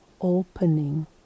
opening